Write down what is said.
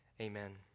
Amen